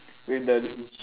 with the